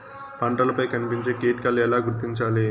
పంటలపై కనిపించే కీటకాలు ఎలా గుర్తించాలి?